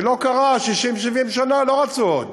כשלא קרה 70-60 שנה, לא רצו עוד,